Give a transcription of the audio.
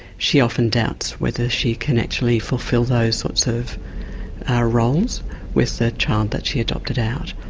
she often doubts whether she can actually fulfil those sorts of ah roles with the child that she adopted out.